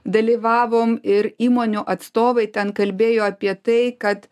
dalyvavom ir įmonių atstovai ten kalbėjo apie tai kad